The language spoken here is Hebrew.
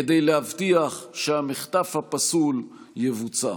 כדי להבטיח שהמחטף הפסול יבוצע.